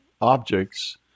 objects